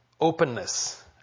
openness